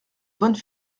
bonnes